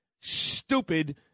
stupid